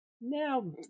now